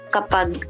kapag